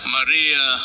Maria